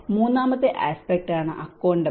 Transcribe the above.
മൂന്നാമത്തെ ആസ്പെക്റ്റ് ആണ് അക്കൌണ്ടബിൾ